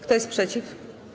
Kto jest przeciw?